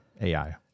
AI